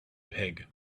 pig